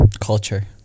Culture